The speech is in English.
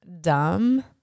dumb